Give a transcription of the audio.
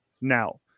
Now